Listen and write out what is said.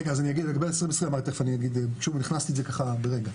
רגע, לגבי 2020 אני תיכף אגיד, הכנסתי את זה ברגע.